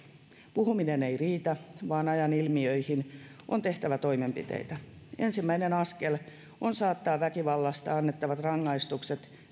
puhuminen ei riitä vaan ajan ilmiöihin on tehtävä toimenpiteitä ensimmäinen askel on saattaa väkivallasta annettavat rangaistukset